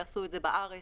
יעשו את זה בארץ.